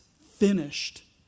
finished